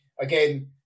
again